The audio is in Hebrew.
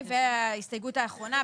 וההסתייגות האחרונה,